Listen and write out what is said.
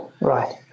right